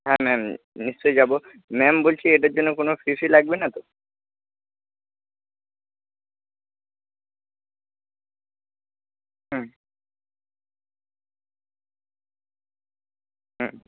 হ্যাঁ ম্যাম নিশ্চয়ই যাবো ম্যাম বলছি এটার জন্য কোন ফি টি লাগবে না তো হুম হুম